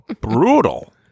Brutal